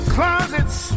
closets